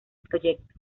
proyecto